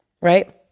Right